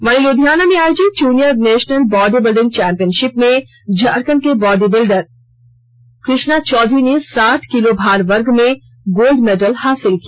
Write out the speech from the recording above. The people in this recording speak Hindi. वहीं लुधियाना में आयोजित junior national body building championship में झारखंड के बॉडी बिल्डर कृष्णा चौधरी ने साठ किलो भार वर्ग में गोल्ड मेडल हासिल किया